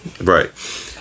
Right